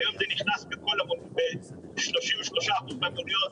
והיום זה נכנס ב-33% מהמוניות,